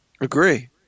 Agree